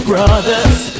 Brothers